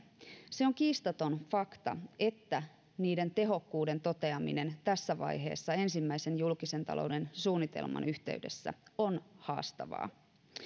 se on kiistaton fakta että niiden tehokkuuden toteaminen tässä vaiheessa ensimmäisen julkisen talouden suunnitelman yhteydessä on haastavaa